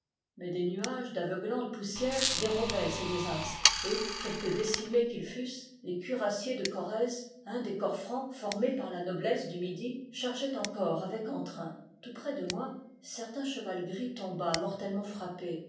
mais des nuages d'aveuglante poussière dérobaient ces désastres et quelque décimés qu'ils fussent les cuirassiers de gorrèze un des corpsfrancs formés par la noblesse du midi chargeaient encore avec entrain tout près de moi certain cheval gris tomba mortellement frappé